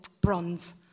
bronze